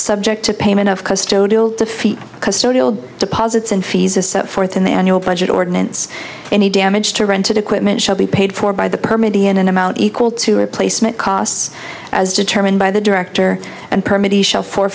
subject to payment of custodial defeat custodial deposits and fees as set forth in the annual budget ordinance any damage to rented equipment shall be paid for by the permit in an amount equal to replacement costs as determined by the director and